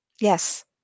Yes